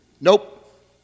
Nope